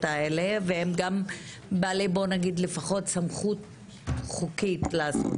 האלה והם גם בעלי סמכות חוקית לעשות את זה.